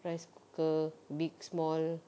rice cooker big small